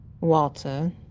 Walter